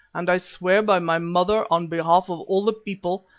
and i swear by my mother on behalf of all the people,